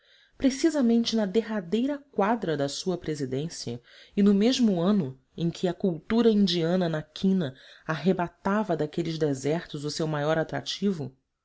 precisamente na derradeira quadra da sua presidência e no mesmo ano em que a cultura indiana da quina arrebatava daqueles desertos o seu maior atrativo